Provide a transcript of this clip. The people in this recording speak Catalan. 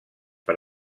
per